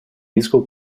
musical